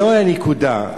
זו הנקודה.